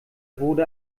wurde